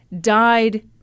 died